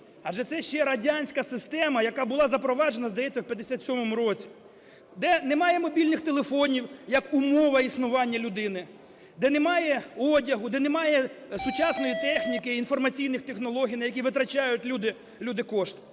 Адже це ще радянська система, яка була запроваджена, здається, в 57-му році, де немає мобільних телефонів, як умова існування людини; де немає одягу, де немає сучасної техніки і інформаційних технологій, на які витрачають люди, люди